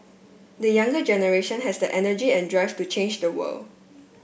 the younger generation has the energy and drive to change the world